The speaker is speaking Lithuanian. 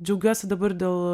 džiaugiuosi dabar dėl